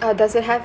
uh does it have